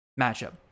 matchup